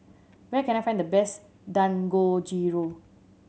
where can I find the best Dangojiru